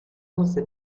você